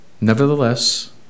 Nevertheless